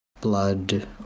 Blood